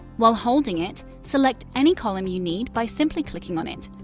while holding it, select any column you need by simply clicking on it.